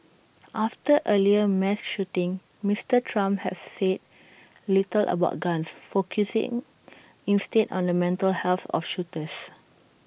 after earlier mass shootings Mister Trump has said little about guns focusing instead on the mental health of shooters